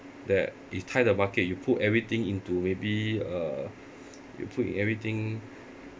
that you time the market you put everything into maybe uh you put in everything